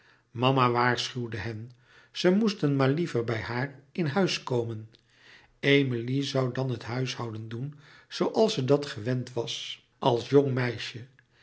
mama waarschuwde hen ze moesten maar liever bij haar in huis komen emilie zoû dan het huishouden doen zooals ze dat gewend was als jong meisje